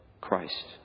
Christ